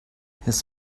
his